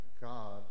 God